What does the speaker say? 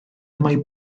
mai